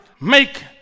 make